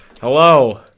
Hello